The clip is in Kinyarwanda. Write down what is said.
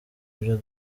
ibyo